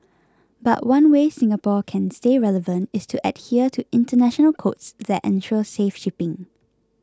but one way Singapore can stay relevant is to adhere to international codes that ensure safe shipping